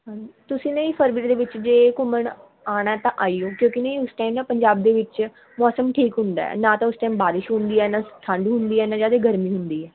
ਹਾਂਜੀ ਤੁਸੀਂ ਨਹੀਂ ਫਰਵਰੀ ਦੇ ਵਿੱਚ ਜੇ ਘੁੰਮਣ ਆਉਣਾ ਤਾਂ ਆਇਓ ਕਿਉਂਕਿ ਨਹੀਂ ਉਸ ਟਾਈਮ ਨਾ ਪੰਜਾਬ ਦੇ ਵਿੱਚ ਮੌਸਮ ਠੀਕ ਹੁੰਦਾ ਨਾ ਤਾਂ ਉਸ ਟਾਈਮ ਬਾਰਿਸ਼ ਹੁੰਦੀ ਹੈ ਨਾ ਠੰਡ ਹੁੰਦੀ ਹੈ ਨਾ ਜ਼ਿਆਦਾ ਗਰਮੀ ਹੁੰਦੀ ਹੈ